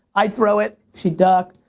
i throw it, she duck.